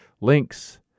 links